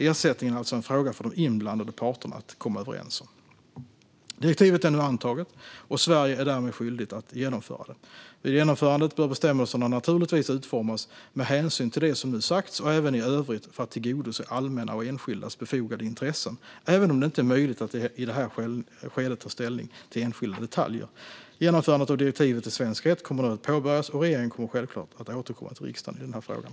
Ersättningen är alltså en fråga för de inblandade parterna att komma överens om. Direktivet är nu antaget, och Sverige är därmed skyldigt att genomföra det. Vid genomförandet bör bestämmelserna naturligtvis utformas med hänsyn till det som nu sagts och även i övrigt för att tillgodose allmänna och enskildas befogade intressen, även om det inte är möjligt att i detta skede ta ställning till enskilda detaljer. Genomförandet av direktivet i svensk rätt kommer nu att påbörjas, och regeringen kommer självklart att återkomma till riksdagen i den här frågan.